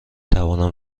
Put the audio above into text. توانم